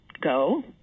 go